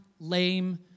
lame